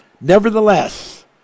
nevertheless